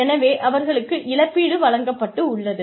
எனவே அவர்களுக்கு இழப்பீடு வழங்கப்பட்டுள்ளது